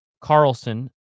Carlson